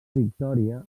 victòria